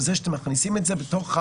וזה שאתם מכניסים את זה בחוק,